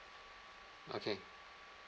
okay